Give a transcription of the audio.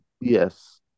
Yes